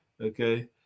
Okay